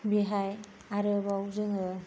बेहाय आरोबाव जोङो